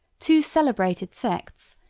two celebrated sects,